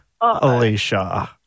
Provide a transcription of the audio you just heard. Alicia